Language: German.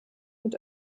mit